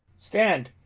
stand,